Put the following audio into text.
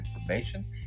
information